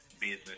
Business